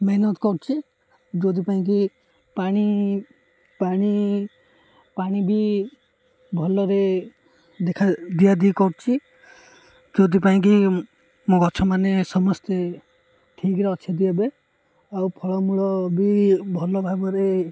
ମେହନତ କରୁଛି ଯେଉଁଥିପାଇ କି ପାଣି ପାଣି ପାଣି ବି ଭଲରେ ଦେଖା ଦିଆଦିଇ କରୁଛି ଯେଉଁଥିପାଇଁ କି ମୋ ଗଛମାନେ ସମସ୍ତେ ଠିକରେ ଅଛନ୍ତି ଏବେ ଆଉ ଫଳମୂଳ ବି ଭଲଭାବରେ